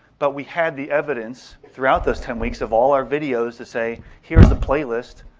but we had the evidence throughout those ten weeks of all our videos to say, here's the playlist,